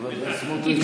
חבר הכנסת סמוטריץ', אני,